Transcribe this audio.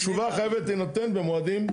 תשובה חייבת להינתן במועדים,